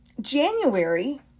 January